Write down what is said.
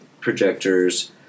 projectors